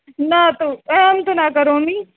न तु अहं तु न करोमि